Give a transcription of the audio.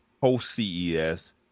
post-CES